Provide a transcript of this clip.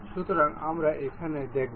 সুতরাং আমরা এখানে দেখব